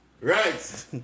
Right